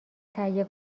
تهیه